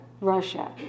Russia